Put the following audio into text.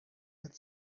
got